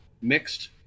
mixed